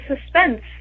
suspense